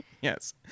Yes